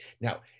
Now